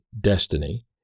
destiny